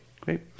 great